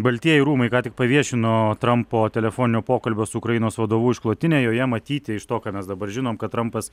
baltieji rūmai ką tik paviešino trampo telefoninio pokalbio su ukrainos vadovu išklotinę joje matyti iš to ką mes dabar žinom kad trampas